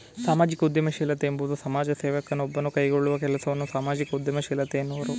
ಸಾಮಾಜಿಕ ಉದ್ಯಮಶೀಲತೆ ಎಂಬುವುದು ಸಮಾಜ ಸೇವಕ ನೊಬ್ಬನು ಕೈಗೊಳ್ಳುವ ಕೆಲಸವನ್ನ ಸಾಮಾಜಿಕ ಉದ್ಯಮಶೀಲತೆ ಎನ್ನುವರು